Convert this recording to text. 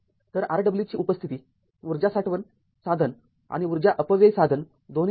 तर Rw ची उपस्थिती ऊर्जा साठवण साधन आणि उर्जा अपव्यय साधन दोन्ही बनविते